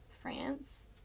France